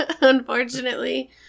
unfortunately